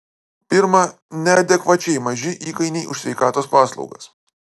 pirma neadekvačiai maži įkainiai už sveikatos paslaugas